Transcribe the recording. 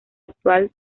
actual